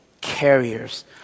carriers